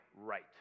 right